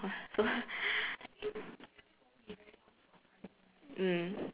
so mm